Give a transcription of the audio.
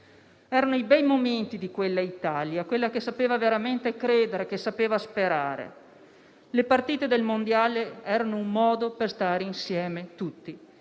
Erano i bei momenti di quell'Italia; quella che sapeva veramente credere e sperare. Le partite del mondiale erano un modo per stare insieme, tutti